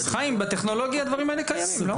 חיים, בטכנולוגיה הדברים האלה קיימים, לא?